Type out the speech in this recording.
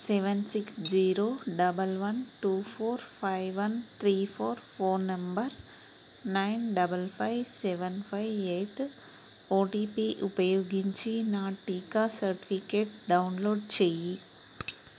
seven six zero double one two four five one three four phone number nine double five seven five eight OTP ఉపయోగించి నా టీకా certificate download చెయ్యి